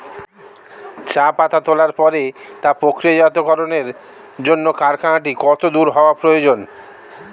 চা পাতা তোলার পরে তা প্রক্রিয়াজাতকরণের জন্য কারখানাটি কত দূর হওয়ার প্রয়োজন?